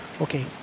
Okay